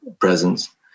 presence